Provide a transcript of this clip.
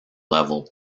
level